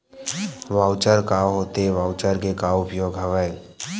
Voucher का होथे voucher के का उपयोग हवय?